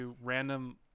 Random